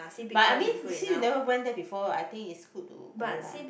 but I mean you see you never went there before I think it's good to go lah